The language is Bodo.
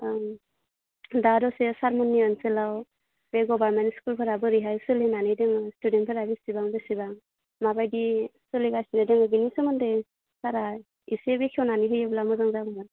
ओं दा दसे सारमोननि ओनसोलाव बे गभरमेन्ट स्कुलफोरा बोरैहाय सोलिनानै दङ स्टुडेन्टफोरा बेसेबां बेसेबां माबायदि सोलिगासिनो दङ बेनि सोमोन्दै सारआ एसे बेखेवनानै होयोब्ला मोजां जागौमोन